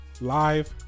Live